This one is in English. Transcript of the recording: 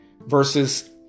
versus